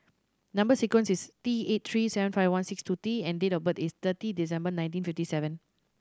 number sequence is T eight three seven five one six two T and date of birth is thirty December nineteen fifty seven